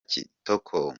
kitoko